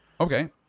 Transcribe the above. Okay